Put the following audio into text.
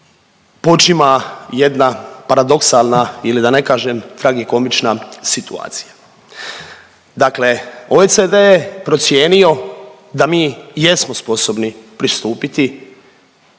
počima jedna paradoksalna ili da ne kažem tragikomična situacija. Dakle, OECD je procijenio da mi jesmo sposobni pristupiti